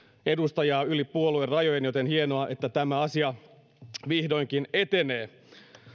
edustajaa yli puoluerajojen joten hienoa että tämä asia vihdoinkin etenee